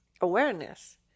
awareness